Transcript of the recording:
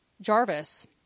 Jarvis